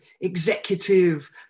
executive